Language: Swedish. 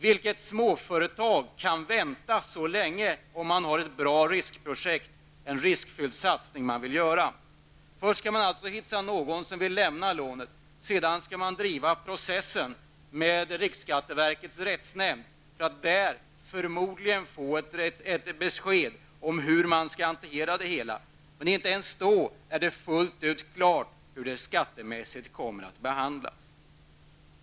Vilket småföretag kan vänta så länge om det har ett bra riskprojekt och vill göra en riskfylld satsning? Först skall man hitta någon som vill ge ett lån. Sedan skall man driva processen med riksskatteverkets rättsnämnd, för att där förmodligen få ett besked om hur man skall hantera det hela. Inte ens då är det helt klart hur det skall behandlas skattemässigt.